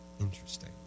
Interesting